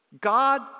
God